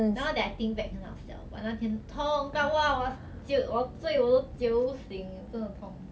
now that I think back 很好笑 but 那天痛到 !wah! 我我醉我都酒不醒真的痛:wo wo zui wo dou jiu bui xing zhen de tong